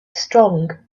strong